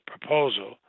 proposal